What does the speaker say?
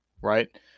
right